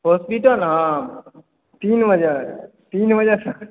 hospital तीन बजे सॅं